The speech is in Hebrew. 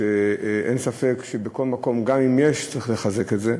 ואין ספק שבכל מקום, גם אם יש, צריך לחזק את זה.